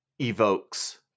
evokes